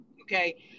Okay